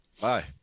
Bye